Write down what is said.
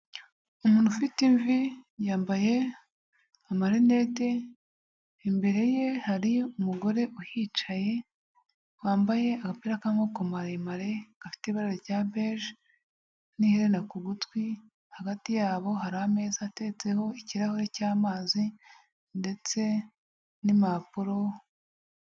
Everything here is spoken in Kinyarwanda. Umuntu ufite imvi yambaye amarinete imbere ye hari umugore uhicaye, wambaye agapira k'amaboko maremare, gafite ibara rya beje n'ihena ku gutwi, hagati yabo hari ameza ateretseho ikirahure cy'amazi ndetse n'impapuro...